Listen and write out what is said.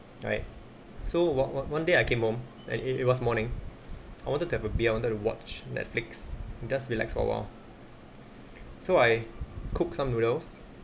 right so one one one day I came home and it it was morning I wanted to have a beer I wanted to watch Netflix just relax for a while so I cook some noodles